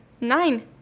nine